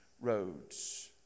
roads